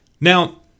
Now